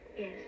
Yes